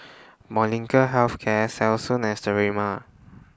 Molnylcke Health Care Selsun and Sterimar